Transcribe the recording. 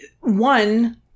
one